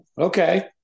okay